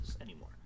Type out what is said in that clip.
anymore